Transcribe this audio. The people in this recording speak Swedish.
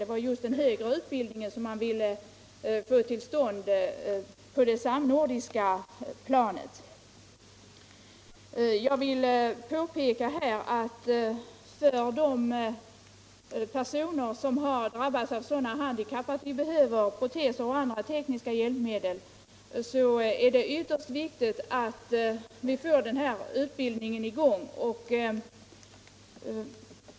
Det var just den högre utbildningen som man ville få till stånd på det samnordiska planet. Jag vill påpeka att för de personer, som har drabbats av sådana handikapp att de behöver proteser och andra tekniska hjälpmedel, är det ytterst viktigt att denna högre utbildning kommer till stånd.